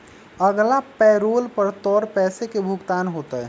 अगला पैरोल पर तोर पैसे के भुगतान होतय